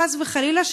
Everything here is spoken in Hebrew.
חס וחלילה,